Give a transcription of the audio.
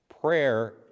Prayer